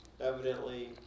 evidently